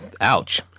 Ouch